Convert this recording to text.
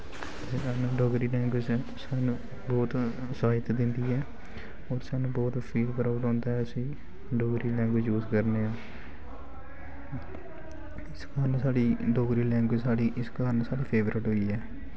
फिर सानूं डोगरी लैंग्वेज ताई सानूं बौह्त साहित दिंदी ऐ होर सानूं बौह्त फील प्राउड होंदा ऐ असी डोगरी लैंग्वेज़ यूज़ करने आं इस कारन साढ़ी डोगरी लैंग्वेज़ साढ़ी इस कारण फेवरट होई ऐ